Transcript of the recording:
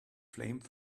flame